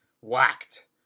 whacked